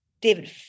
David